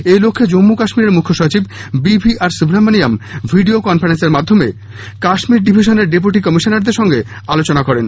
এই লক্ষ্যে জম্ম কাশ্মীরের মুখ্য সচিব বিভিআর সুব্রহ্মমনিয়ম ভিডিও কনফারেন্সের মাধ্যমে কাশ্মীর ডিভিশনের ডেপুটি কমিশনারদের সঙ্গে আলোচনা করেন